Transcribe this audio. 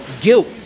guilt